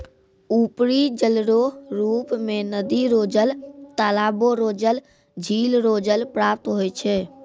उपरी जलरो रुप मे नदी रो जल, तालाबो रो जल, झिल रो जल प्राप्त होय छै